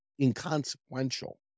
inconsequential